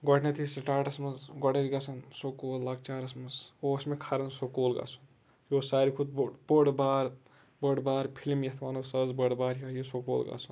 گۄڈٕنیتھٕے سٹاٹس منٛز گۄڈٕ ٲسۍ گژھان سکوٗل لۄکچارَس منٛز اوس مےٚ کھران سکوٗل گژھُن یہِ اوس ساروی کھوتہٕ بوٚڑ بوٚڑ بارٕ بٔڑ بار فِلِم یَتھ وَنو سۄ ٲس بٔڑ بار یِہوے یہِ سکوٗل گژھُن